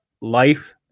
life